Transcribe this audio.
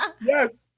Yes